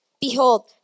Behold